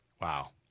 Wow